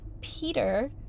Peter